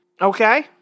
Okay